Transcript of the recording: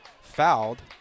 fouled